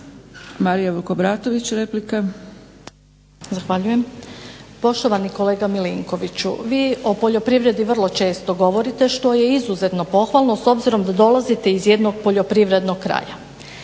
Marija Vukobratović replika.